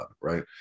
right